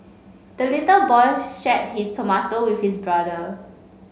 the little boy shared his tomato with his brother